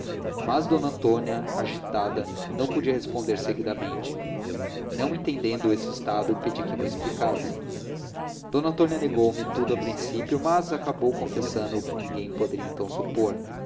mas d antônia agitada não podia responder seguidamente não entendendo esse estado pedi que mo explicasse d antônia negou me tudo a princípio mas acabou confessando o que ninguém poderia então supor